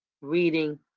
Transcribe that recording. reading